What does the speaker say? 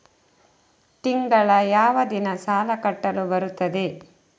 ತಿಂಗಳ ಯಾವ ದಿನ ಸಾಲ ಕಟ್ಟಲು ಬರುತ್ತದೆ?